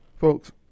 folks